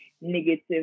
negative